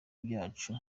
byacu